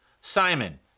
Simon